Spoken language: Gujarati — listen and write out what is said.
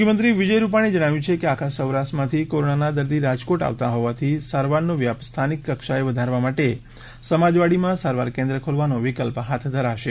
મુખ્યમંત્રી વિજય રૂપાણીએ જણાવ્યુ છે કે આખા સૌરાષ્ટ્ર માથી કોરોના દર્દી રાજકોટ આવતા હોવાથી સારવારનો વ્યાપ સ્થાનિક કક્ષાએ વધારવા માટે સમાજ વાડીમાં સારવાર કેન્દ્ર ખોલવાનો વિકલ્પ હાથ ધરાશે